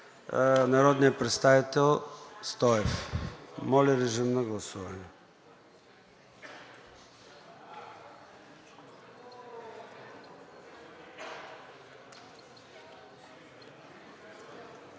народния представител Стою Стоев. Моля, режим на гласуване.